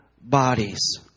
bodies